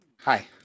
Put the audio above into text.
Hi